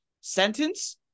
sentence